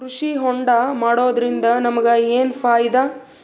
ಕೃಷಿ ಹೋಂಡಾ ಮಾಡೋದ್ರಿಂದ ನಮಗ ಏನ್ ಫಾಯಿದಾ?